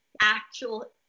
actual